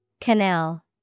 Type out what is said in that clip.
Canal